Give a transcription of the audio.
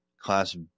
class